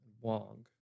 Wong